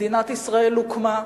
מדינת ישראל הוקמה,